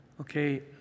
Okay